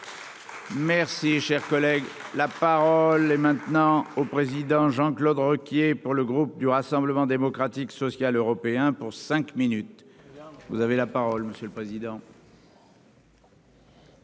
Merci, cher collègue. La parole est maintenant au président Jean-Claude Requier pour le groupe du Rassemblement démocratique social européen pour cinq minutes, vous avez la parole monsieur le président.